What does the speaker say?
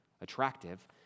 attractive